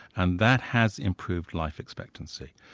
and that has improved life expectancy.